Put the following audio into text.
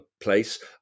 place